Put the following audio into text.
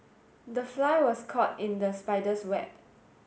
the fly was caught in the spider's web